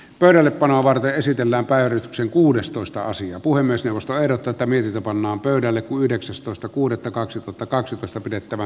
pöydällepanoa varten esitellään päähän sen kuudestoista asiaa pui myös eusta erota tai mihin pannaan pöydälle kun yhdeksästoista kuudetta kaksituhattakaksitoista pidettävä